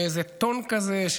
באיזה טון כזה,